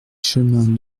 chemin